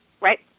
Right